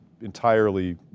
entirely